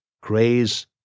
Craze